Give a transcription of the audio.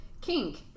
kink